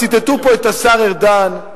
ציטטו פה את השר ארדן,